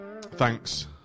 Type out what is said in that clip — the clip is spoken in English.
thanks